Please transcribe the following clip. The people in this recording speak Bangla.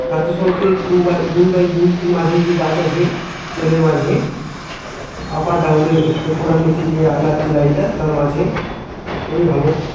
জাতীয় সড়কের টু বাই দুই বাই দুই মাঝে যে গাছ আছে লেনের মাঝে আপ আর ডাউনের ওপর আর নিচে যে আ যাচ্ছে লাইনটা তার মাঝে খুবই ভালো